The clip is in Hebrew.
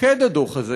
שמוקד הדוח הזה,